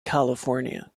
california